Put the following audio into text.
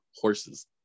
horses